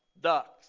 Ducks